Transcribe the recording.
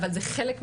אבל זה חלק מ-1325,